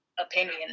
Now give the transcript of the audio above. opinion